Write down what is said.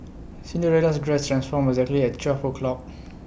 Cinderella's dress transformed exactly at twelve o'clock